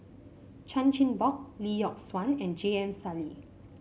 Chan Chin Bock Lee Yock Suan and J M Sali